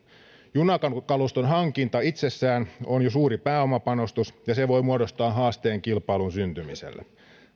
junakaluston hankinta itsessään on jo suuri pääomapanostus ja se voi muodostaa haasteen kilpailun syntymiselle